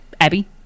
Abby